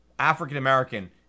African-American